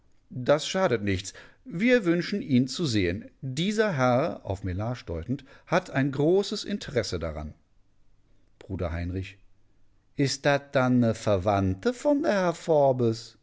das schadet nichts wir wünschen ihn zu sehen dieser herr auf mellage deutend hat ein großes interesse daran bruder heinrich is dat dann ne verwandte von